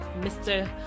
Mr